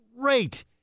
great